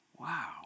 wow